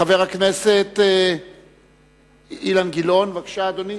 חבר הכנסת אילן גילאון, בבקשה, אדוני.